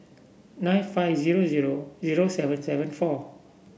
nine five zero zero zero seven seven four